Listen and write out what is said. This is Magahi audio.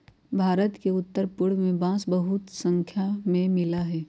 भारत के उत्तर पूर्व में बांस बहुत स्नाख्या में मिला हई